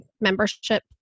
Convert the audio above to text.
membership